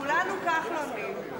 כולנו כחלונים.